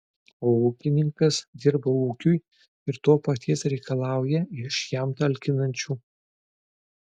o ūkininkas dirba ūkiui ir to paties reikalauja iš jam talkinančių